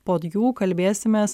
po jų kalbėsimės